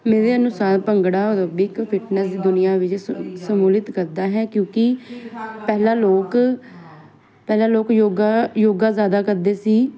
ਮੇਰੇ ਅਨੁਸਾਰ bhangra aerobic fitness ਦੀ ਦੁਨੀਆ ਵਿੱਚ ਸ ਸ਼ਮੂਲੀਅਤ ਕਰਦਾ ਹੈ ਕਿਉਂਕਿ ਪਹਿਲਾਂ ਲੋਕ ਪਹਿਲਾਂ ਲੋਕ ਯੋਗਾ ਯੋਗਾ ਜ਼ਿਆਦਾ ਕਰਦੇ ਸੀ